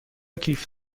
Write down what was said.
کیف